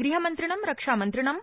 गृहमन्त्रिणं रक्षामन्त्रिणं